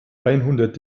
einhundert